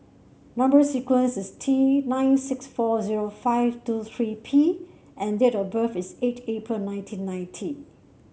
number sequence is T nine six four zero five two three P and date of birth is eight April nineteen ninety